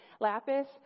lapis